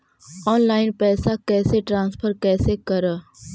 Online पैसा कैसे transfer कैसे कर?